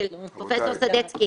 מהראש.